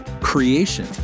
creation